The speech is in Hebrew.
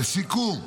לסיכום,